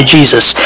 Jesus